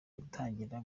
gutangira